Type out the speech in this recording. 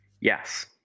yes